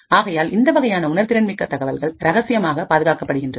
ஆகையால் இந்த வகையான உணர்திறன் மிக்க தகவல்கள் ரகசியமாக பாதுகாக்கப்படுகின்றது